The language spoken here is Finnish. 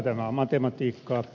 tämä on matematiikkaa